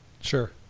sure